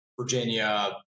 Virginia